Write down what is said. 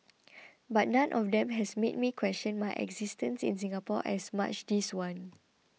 but none of them has made me question my existence in Singapore as much this one